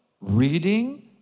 reading